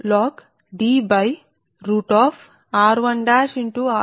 కాబట్టి 2 ఇంటూ 0